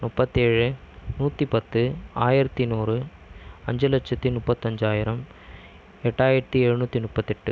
முப்பத்தேழு நூற்றிப்பத்து ஆயிரத்தி நூறு அஞ்சு லட்சத்து முப்பத்தஞ்சாயிரம் எட்டாயிரத்து எழுநூற்றி முப்பத்தெட்டு